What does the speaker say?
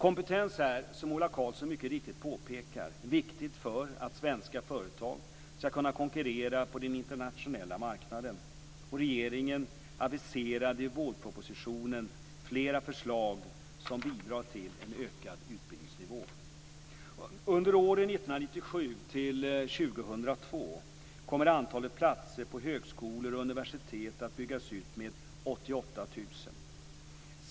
Kompetens är, som Ola Karlsson mycket riktigt påpekar, viktigt för att svenska företag skall kunna konkurrera på den internationella marknaden. Regeringen aviserade i vårpropositionen flera förslag som bidrar till en ökad utbildningsnivå. Under åren 1997-2002 kommer antalet platser på högskolor och universitet att byggas ut med 88 000.